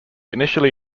initially